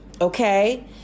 okay